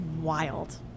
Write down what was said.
wild